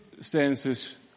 stances